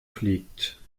fliegt